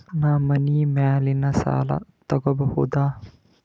ನಾ ಮನಿ ಮ್ಯಾಲಿನ ಸಾಲ ತಗೋಬಹುದಾ?